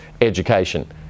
education